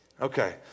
Okay